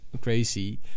crazy